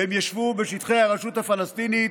והם ישבו בשטחי הרשות הפלסטינית.